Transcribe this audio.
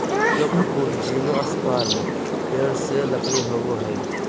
softwood gymnosperm पेड़ से लकड़ी होबो हइ